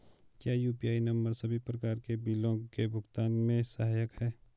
क्या UPI number सभी प्रकार के बिलों के भुगतान में सहायक हैं?